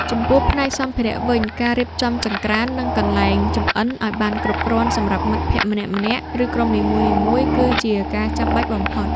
ចំពោះផ្នែកសម្ភារៈវិញ ការរៀបចំចង្ក្រាន និងកន្លែងចម្អិនឱ្យបានគ្រប់គ្រាន់សម្រាប់មិត្តភក្តិម្នាក់ៗ ឬក្រុមនីមួយៗ គឺជាការចាំបាច់បំផុត។